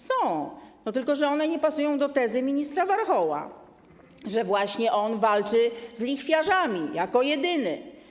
Są, tylko że one nie pasują do tezy ministra Warchoła, że właśnie on walczy z lichwiarzami, jako jedyny.